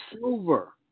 silver